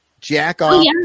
jack-off